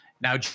Now